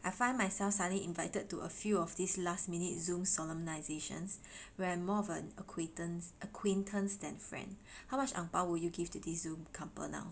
I find myself suddenly invited to a few of these last minute Zoom solemnizations where I'm more of an acquaintance acquaintance than friend how much ang bao will you give to the Zoom couple now